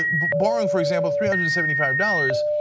borrowing for example three hundred and seventy five dollars,